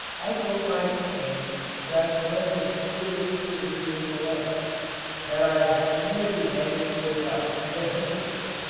i told my companions that the man was seriously wounded in the leg that i had merely bandaged it up with a handkerchief,